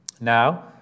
Now